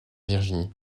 virginie